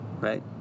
right